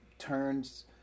turns